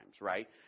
right